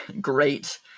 great